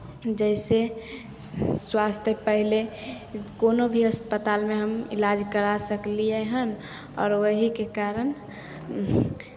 जइसे स्वास्थ्य पहिले कोनो भी अस्पतालमे हम इलाज करा सकलियै हन आओर वहीके कारण